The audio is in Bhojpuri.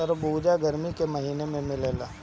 खरबूजा गरमी के महिना में मिलेला